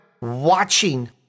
watching